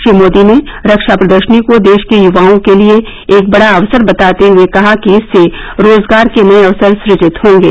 श्री मोदी ने रक्षा प्रदर्शनी को देश के युवाओं के लिए एक बड़ा अवसर बताते हुए कहा कि इससे रोजगार के नए अवसर सुजित होंगे